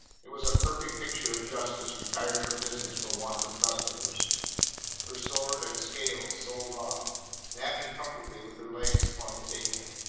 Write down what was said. it was a perfect picture of justice retired from business for want of customers her sword and scales sold off napping comfortably with her legs upon the table.